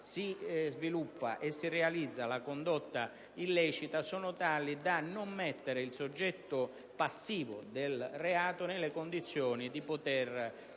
si sviluppa e si realizza la condotta illecita, sono tali da non mettere il soggetto passivo del reato nelle condizioni di poter